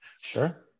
Sure